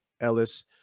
ellis